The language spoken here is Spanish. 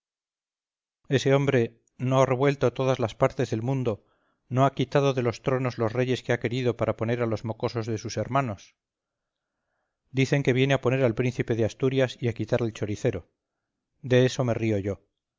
ese hombre no ha revuelto todas las partes del mundo no ha quitado de los tronos los reyes que ha querido para poner a los mocosos de sus hermanos dicen que viene a poner al príncipe de asturias y a quitar al choricero de eso me río yo